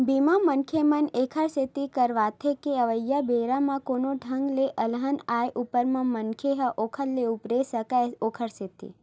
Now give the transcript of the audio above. बीमा, मनखे मन ऐखर सेती करवाथे के अवइया बेरा म कोनो ढंग ले अलहन आय ऊपर म मनखे ह ओखर ले उबरे सकय ओखर सेती